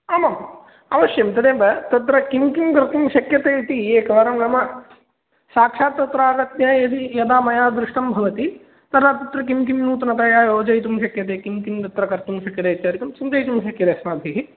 आमाम् अवश्यं तदेव तत्र किं किं कर्तुं शक्यते इति एकवारं नाम साक्षात् तत्र आगत्य यदि यदा मया दृष्टं भवति तदा तत्र किं किं नूतनतया योजयितुं शक्यते किं किं तत्र कर्तुं शक्यते इत्यादिकं चिन्तयितुं शक्यते अस्माभिः